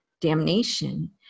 damnation